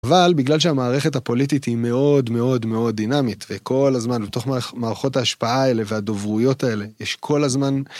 אבל בגלל שהמערכת הפוליטית היא מאוד מאוד מאוד דינמית וכל הזמן בתוך מערכות ההשפעה האלה והדוברויות האלה יש כל הזמן.